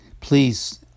Please